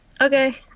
Okay